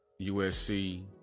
USC